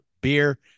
beer